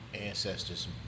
Ancestors